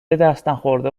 دستنخورده